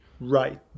Right